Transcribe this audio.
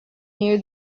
near